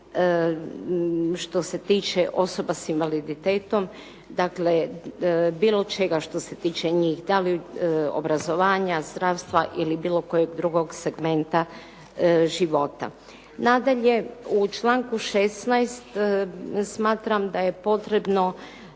što se tiče osoba s invaliditetom, dakle bilo čega što se tiče njih, da li obrazovanja, zdravstva ili bilo kojeg drugog segmenta života. Nadalje, u članku 16. smatram da je potrebno